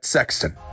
Sexton